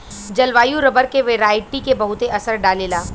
जलवायु रबर के वेराइटी के बहुते असर डाले ला